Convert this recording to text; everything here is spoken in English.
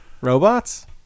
Robots